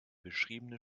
beschriebene